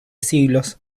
siglos